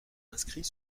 inscrit